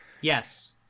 Yes